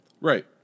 right